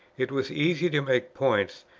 it was easy to make points,